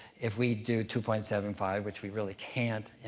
if we do two point seven five, which we really can't